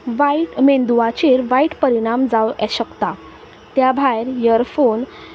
वायट मेंदवाचेर वायट परिणाम जावं शकता त्या भायर इयरफोन